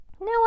No